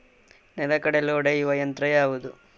ನೆಲಗಡಲೆ ಒಡೆಯುವ ಯಂತ್ರ ಯಾವುದು?